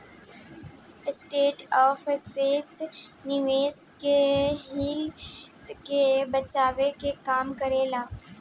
stock exchange निवेशक के हित के बचाये के काम करेला